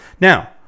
now